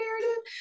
narrative